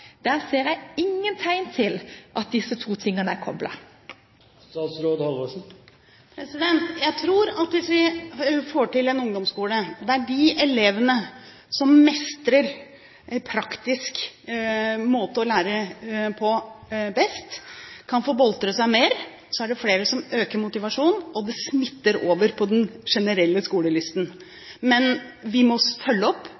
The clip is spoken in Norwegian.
Der ser jeg ingen tegn til at disse to tingene er koblet sammen. Jeg tror at hvis vi får til en ungdomsskole der de elevene som mestrer en praktisk måte å lære på best, kan få boltre seg mer, så er det flere som øker motivasjonen, og det smitter over på den generelle skolelysten. Men vi må følge opp